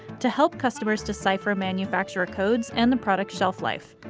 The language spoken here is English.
to help customers decipher manufacturer codes and the product's shelf life.